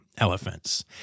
elephants